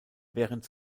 während